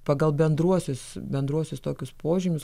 pagal bendruosius bendruosius tokius požymius